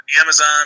amazon